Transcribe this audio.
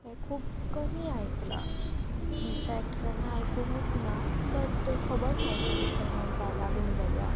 हें खूब कमी आयकलां इनफॅक्ट केन्ना आयकुकूंत ना बट खबर ना अशें केन्ना जालां बीन जाल्या